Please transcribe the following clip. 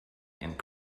and